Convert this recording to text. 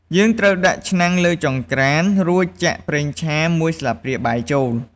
យើងត្រូវដាក់ឆ្នាំងលើចង្ក្រាន រួចចាក់ ប្រេងឆា ១ ស្លាបព្រាបាយ ចូល។